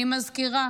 אני מזכירה